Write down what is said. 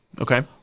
Okay